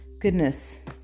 Goodness